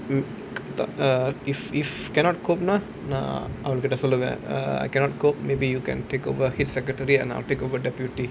mm if if cannot cope நான் அவகிட்டா சொல்லுவேன்:naan avakitta solluvaen err I cannot cope maybe you can take over head secretary and I'll take over deputy